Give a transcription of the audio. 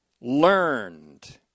learned